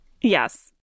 Yes